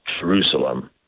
Jerusalem